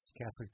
Catholic